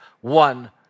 one